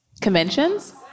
Conventions